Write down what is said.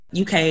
UK